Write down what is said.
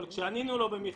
אבל כשענינו לו,